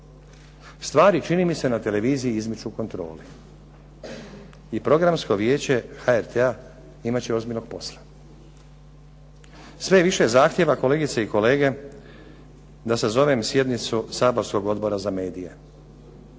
Stvari čini mi se na televiziji izmiču kontroli i Programsko vijeće HRT-a imat će ozbiljnog posla. Sve je više zahtjeva, kolegice i kolege, da sazovem sjednicu saborskog Odbora za medije